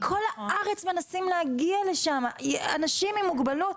מכל הארץ מנסים להגיע לשם אנשים עם מוגבלות.